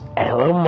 Hello